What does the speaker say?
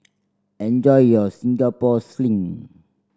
enjoy your Singapore Sling